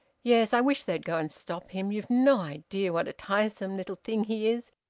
yes. i wish you'd go and stop him. you've no idea what a tiresome little thing he is.